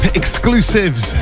exclusives